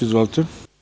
Izvolite.